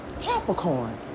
Capricorn